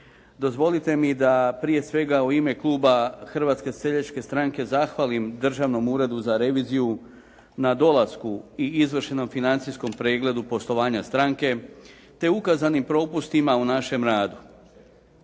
Dozvolite mi da prije svega u ime Kluba Hrvatske seljačke stranke zahvalim Državnom uredu za reviziju na dolasku i izvršenom financijskom pregledu poslovanja stranke te ukazanim propustima u našem radu.